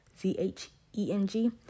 Z-H-E-N-G